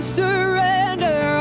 surrender